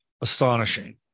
astonishing